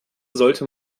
sollte